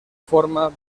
forma